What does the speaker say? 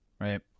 right